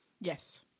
Yes